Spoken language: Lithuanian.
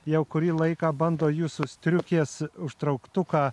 jau kurį laiką bando jūsų striukės užtrauktuką